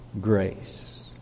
grace